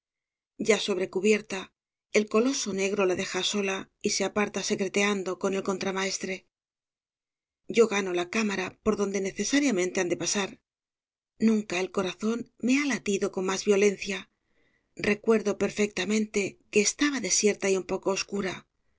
ya sobre cubierta el coloso negro la deja sola y se aparta secreteando con el contramaestre yo gano la cámara por donde necesariamente han de pasar nunca el corazón me ha s obras de valle inclan latido con más violencia recuerdo perfectamente que estaba desierta y un poco oscura